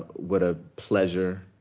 what a pleasure.